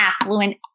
affluent